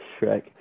Shrek